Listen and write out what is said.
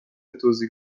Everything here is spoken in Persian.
توزیع